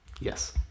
Yes